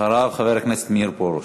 אחריו, חבר הכנסת מאיר פרוש.